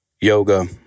yoga